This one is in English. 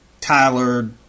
Tyler